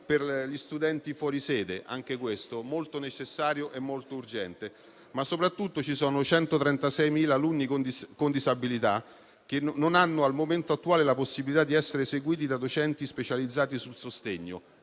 per gli studenti fuori sede e anche questo è molto necessario e urgente. Soprattutto, però, ci sono 136.000 alunni con disabilità che al momento non hanno la possibilità di essere seguiti da docenti specializzati sul sostegno.